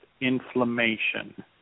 inflammation